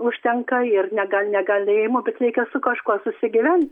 užtenka ir nega negalėjimo bet reikia su kažkuo susigyvent